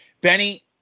Benny